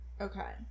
Okay